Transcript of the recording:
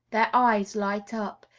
their eyes light up,